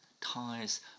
ties